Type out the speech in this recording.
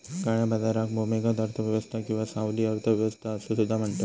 काळ्या बाजाराक भूमिगत अर्थ व्यवस्था किंवा सावली अर्थ व्यवस्था असो सुद्धा म्हणतत